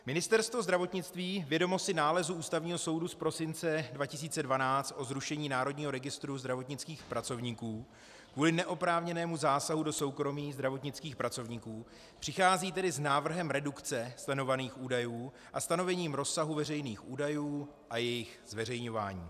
Ministerstvo zdravotnictví, vědomo si nálezu Ústavního soudu z prosince 2012 o zrušení Národního registru zdravotnických pracovníků kvůli neoprávněnému zásahu do soukromí zdravotnických pracovníků, přichází tedy s návrhem redukce sledovaných údajů a stanovením rozsahu veřejných údajů a jejich zveřejňování.